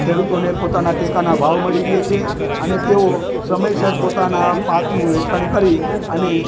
ખેડૂતોને પોતાના ટેકાના ભાવ મળી રહે છે અને તેઓ સમયસર પોતાના પાકનું વેચાણ કરી અને